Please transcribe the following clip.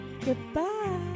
goodbye